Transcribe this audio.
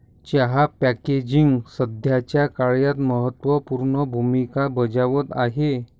चहा पॅकेजिंग सध्याच्या काळात महत्त्व पूर्ण भूमिका बजावत आहे